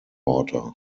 water